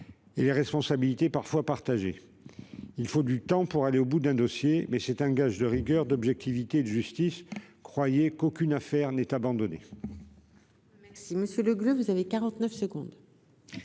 et les responsabilités sont parfois partagées. Il faut du temps pour aller au bout d'un dossier, c'est un gage de rigueur, d'objectivité et de justice. Croyez-le bien, aucune affaire n'est abandonnée.